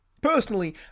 Personally